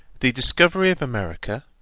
the discovery of america,